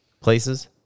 places